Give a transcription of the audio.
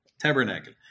tabernacle